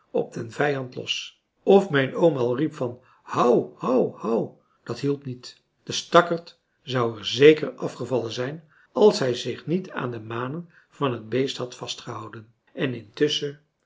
op den vijand los of mijn oom al riep van hou hou hou dat hielp niet de stakkerd zou er zeker afgevallen zijn als hij zich niet aan de manen van het beest had vastgehouden